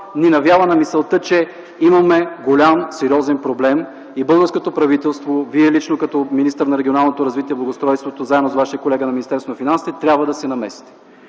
ни навява на мисълта, че имаме голям, сериозен проблем и българското правителство, Вие лично, като министър на регионалното развитие и благоустройството, заедно с Вашия колега от Министерството на финансите, трябва да се намесите.